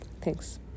thanks